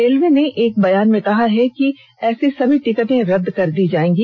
railway ने एक बयान में कहा है कि ऐसी सभी टिकटें रद्द कर दी जायेगी